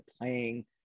playing